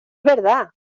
verdad